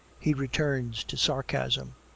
he returns to sarcasm,